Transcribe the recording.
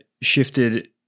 shifted